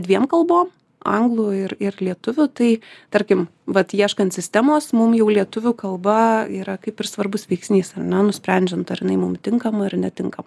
dviem kalbom anglų ir ir lietuvių tai tarkim vat ieškant sistemos mum jau lietuvių kalba yra kaip ir svarbus veiksnys ar ne nusprendžiant ar jinai mum tinkama ar netinkama